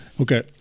Okay